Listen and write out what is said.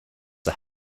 are